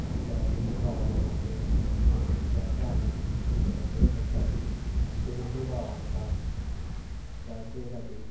आमच्या हिंदू भाव भणागेर जायतो आमी सेलेब्रेट करतात आमचे हिंदू भाव आमकां जायते फाटी